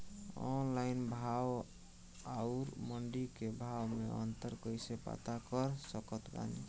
Online भाव आउर मंडी के भाव मे अंतर कैसे पता कर सकत बानी?